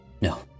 No